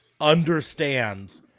understands